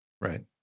Right